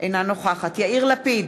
אינה נוכחת יאיר לפיד,